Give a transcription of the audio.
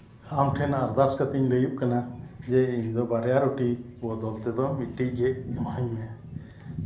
ᱟᱢ ᱴᱷᱮᱱ ᱟᱨᱫᱟᱥ ᱠᱟᱛᱮᱧ ᱞᱟᱹᱭᱟᱹᱜ ᱠᱟᱱᱟ ᱡᱮ ᱤᱧᱫᱚ ᱵᱟᱨᱭᱟ ᱨᱩᱴᱤ ᱵᱚᱫᱚᱞ ᱛᱮᱫᱚ ᱢᱤᱫᱴᱤᱡ ᱜᱮ ᱤᱢᱟᱹᱧ ᱢᱮ